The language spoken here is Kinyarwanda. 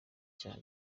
icyaha